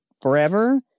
forever